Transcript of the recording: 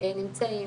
נמצאים